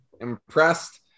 impressed